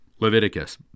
Leviticus